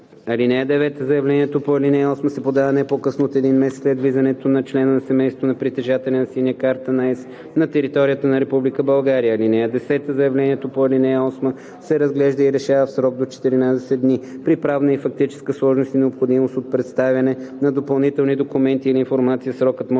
жилище. (9) Заявлението по ал. 8 се подава не по-късно от един месец след влизането на члена на семейството на притежателя на „Синя карта на ЕС“ на територията на Република България. (10) Заявлението по ал. 8 се разглежда и решава в срок до 14 дни. При правна и фактическа сложност и необходимост от представяне на допълнителни документи или информация срокът може да бъде удължен